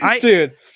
Dude